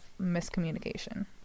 miscommunication